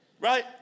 Right